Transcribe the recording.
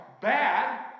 bad